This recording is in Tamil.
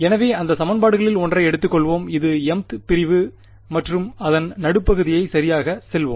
எனவே அந்த சமன்பாடுகளில் ஒன்றை எடுத்துக்கொள்வோம் இது mth பிரிவு மற்றும் அதன் நடுப்பகுதியை சரியாகச் சொல்வோம்